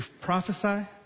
prophesy